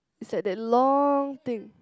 it's like that long thing